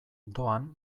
doan